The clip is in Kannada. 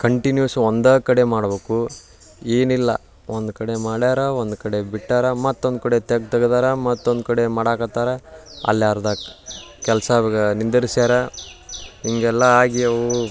ಕಂಟಿನ್ಯೂಸ್ ಒಂದೇ ಕಡೆ ಮಾಡ್ಬೇಕು ಏನಿಲ್ಲ ಒಂದು ಕಡೆ ಮಾಡ್ಯಾರೆ ಒಂದು ಕಡೆ ಬಿಟ್ಟಾರೆ ಮತ್ತೊಂದು ಕಡೆ ತಗ್ಗು ತೆಗ್ದಾರೆ ಮತ್ತೊಂದು ಕಡೆ ಮಾಡಕತ್ತಾರೆ ಅಲ್ಲಿ ಅರ್ಧ ಕೆಲಸ ನಿಂದಿಸ್ಯಾರೆ ಹೀಗೆಲ್ಲ ಆಗಿ ಅವು